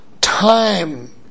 time